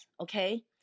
Okay